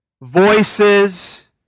voices